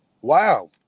Wow